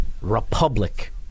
republic